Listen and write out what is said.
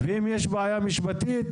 אם יש בעיה משפטית,